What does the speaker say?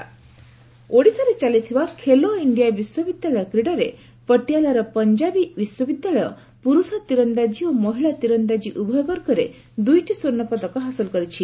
ଖେଲୋଇଣ୍ଡିଆ ଓଡ଼ିଶାରେ ଚାଲିଥିବା ଖେଲୋ ଇଣ୍ଡିଆ ବିଶ୍ୱବିଦ୍ୟାଳୟ କ୍ରୀଡ଼ାରେ ପଟିଆଲାର ପଞ୍ଜାବୀ ବିଶ୍ୱବିଦ୍ୟାଳୟ ପୁରୁଷ ତୀରନ୍ଦାକି ଓ ମହିଳା ତୀରନ୍ଦାଜି ଉଭୟ ବର୍ଗରେ ଦୁଇଟି ସ୍ୱର୍ଷ୍ଣ ପଦକ ହାସଲ କରିଛି